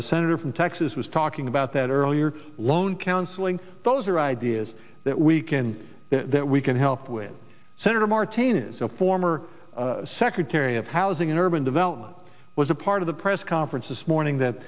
the senator from texas was talking about that earlier loan counseling those are ideas that we can that we can help with senator martinez a former secretary of housing and urban development was a part of the press conference this morning that